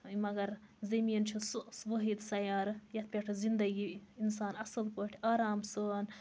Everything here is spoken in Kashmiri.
مَگَر زٔمیٖن چھُ سُہ وٲحِد سَیارٕ یتھ پٮ۪ٹھ زِندَگی اِنسان اصٕل پٲٹھۍ آرام سان